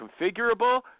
configurable